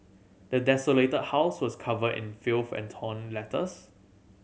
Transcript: the desolated house was covered in filth and torn letters